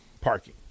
parking